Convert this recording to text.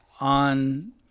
on